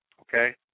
okay